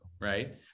right